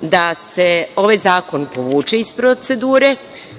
da se ovaj zakon povuče iz procedure,